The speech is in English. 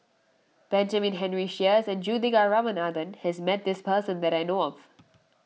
Benjamin Henry Sheares and Juthika Ramanathan has met this person that I know of